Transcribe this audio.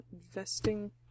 investing